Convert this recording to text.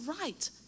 right